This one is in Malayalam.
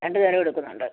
രണ്ട് നേരം എടുക്കുന്നുണ്ട്